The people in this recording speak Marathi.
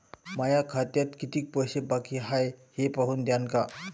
माया खात्यात कितीक पैसे बाकी हाय हे पाहून द्यान का?